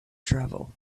travel